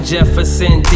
Jefferson